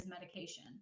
medication